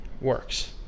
works